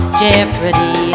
jeopardy